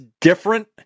different